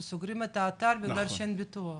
סוגרים את האתר כיוון שאין ביטוח.